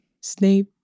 Snape